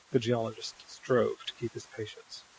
the geologist strove to keep his patience.